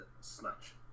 Snatch